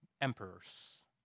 emperors